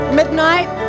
midnight